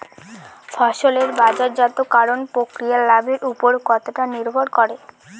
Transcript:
ফসলের বাজারজাত করণ প্রক্রিয়া লাভের উপর কতটা নির্ভর করে?